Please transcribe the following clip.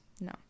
no